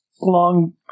long